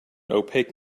opaque